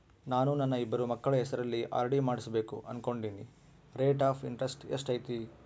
ನಾನು ನನ್ನ ಇಬ್ಬರು ಮಕ್ಕಳ ಹೆಸರಲ್ಲಿ ಆರ್.ಡಿ ಮಾಡಿಸಬೇಕು ಅನುಕೊಂಡಿನಿ ರೇಟ್ ಆಫ್ ಇಂಟರೆಸ್ಟ್ ಎಷ್ಟೈತಿ?